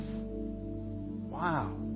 wow